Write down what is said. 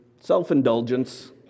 self-indulgence